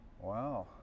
Wow